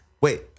Wait